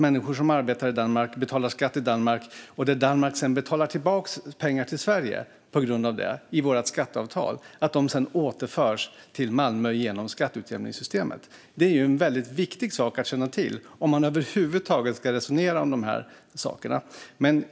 Människor arbetar och betalar skatt i Danmark, och Danmark betalar sedan tillbaka pengar till Sverige på grund av detta. Det ingår i vårt skatteavtal. Dessa pengar återförs därefter till Malmö genom skatteutjämningssystemet. Detta är ju en väldigt viktig sak att känna till om man över huvud taget ska resonera om de här sakerna.